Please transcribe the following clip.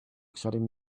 exciting